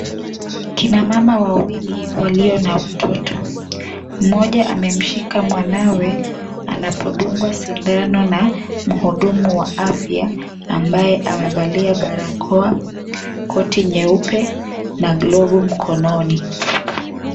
Kina mama wawili walio na watoto mmoja amemshika mwanawe anapodungwa sindano na mhudumu wa afya ambaye amevalia barakoa ,koti nyeupe na glovu mkononi .